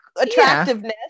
attractiveness